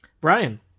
Brian